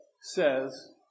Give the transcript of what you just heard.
says